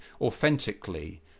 authentically